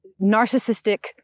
narcissistic